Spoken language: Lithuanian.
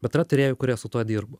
bet yra tyrėjų kurie su tuo dirbo